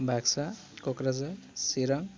Baksa Kokrajhar Chirang